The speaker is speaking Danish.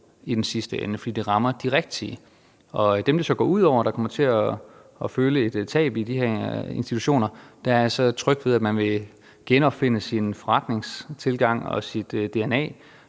i den sidste ende, for det rammer de rigtige. Og i forhold til dem, det så går ud over, som kommer til at føle et tab i de her institutioner, er jeg tryg ved, at man vil genopfinde sin forretningstilgang og sit